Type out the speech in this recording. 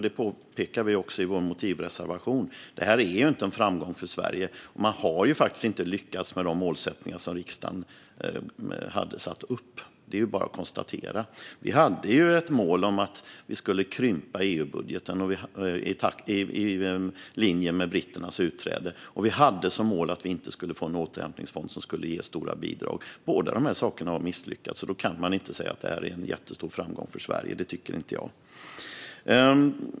Vi påpekar i vår motivreservation att detta inte är en framgång för Sverige. Regeringen har inte lyckats med de målsättningar riksdagen hade satt upp; det är ju bara att konstatera det. Vi hade ett mål om att krympa EU-budgeten i linje med britternas utträde, och vi hade som mål att det inte skulle bli en återhämtningsfond som gav stora bidrag. Båda dessa saker har misslyckats, och då går det inte att säga att detta är en jättestor framgång för Sverige. Det tycker inte jag.